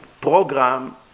program